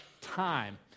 time